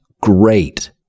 great